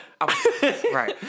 Right